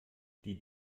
die